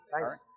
Thanks